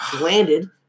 landed